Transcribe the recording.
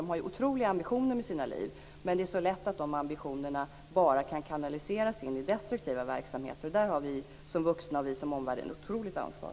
De har oerhörda ambitioner för sina liv, men det är lätt att de ambitionerna bara kanaliseras i destruktiva verksamheter. Där har vi som vuxna och som omvärld ett oerhört ansvar.